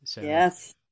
Yes